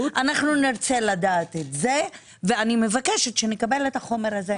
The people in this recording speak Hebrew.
אנחנו נרצה לדעת את זה ואני מבקשת שנקבל את החומר הזה.